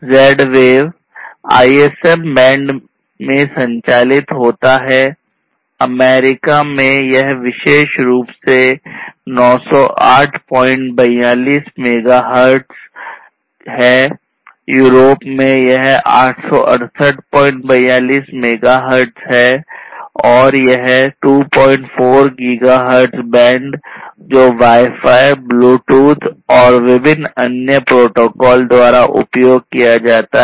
Z wave ISM band में संचालित होता है अमेरिका से बचता है